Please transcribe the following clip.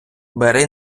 бери